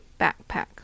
backpack